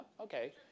Okay